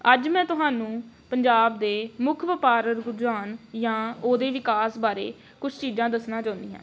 ਅੱਜ ਮੈਂ ਤੁਹਾਨੂੰ ਪੰਜਾਬ ਦੇ ਮੁੱਖ ਵਪਾਰਕ ਰੁਝਾਨ ਜਾਂ ਉਹਦੇ ਵਿਕਾਸ ਬਾਰੇ ਕੁਛ ਚੀਜ਼ਾਂ ਦੱਸਣਾ ਚਾਹੁੰਦੀ ਹਾਂ